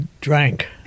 drank